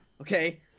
Okay